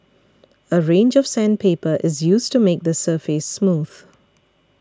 a range of sandpaper is used to make the surface smooth